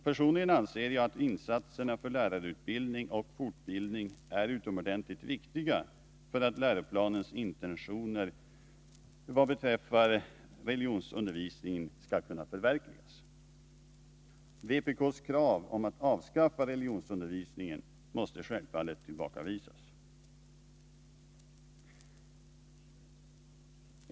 Personligen anser jag att insatserna för lärarutbildning och fortbildning är utomordentligt viktiga för att läroplanens intentioner vad beträffar religionsundervisningen skall kunna förverkligas i undervisningen. Vpk:s krav om att avskaffa religionsundervisningen måste självfallet tillbakavisas.